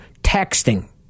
texting